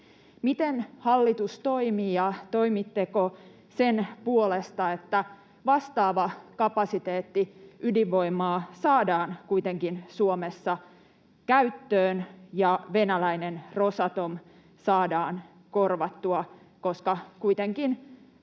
Miten hallitus toimii, ja toimitteko, sen puolesta, että vastaava kapasiteetti ydinvoimaa saadaan kuitenkin Suomessa käyttöön ja venäläinen Rosatom saadaan korvattua? Koska kuitenkin